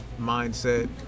mindset